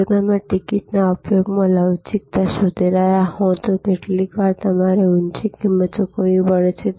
જો તમે ટિકિટના ઉપયોગમાં લવચીકતા શોધી રહ્યા હોવ તો કેટલીકવાર તમારે ઊંચી કિંમત ચૂકવવી પડી શકે છે